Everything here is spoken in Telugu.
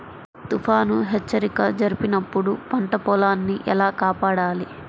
తుఫాను హెచ్చరిక జరిపినప్పుడు పంట పొలాన్ని ఎలా కాపాడాలి?